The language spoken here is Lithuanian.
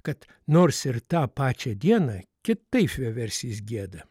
kad nors ir tą pačią dieną kitaip vieversys gieda